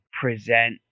present